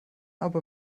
aber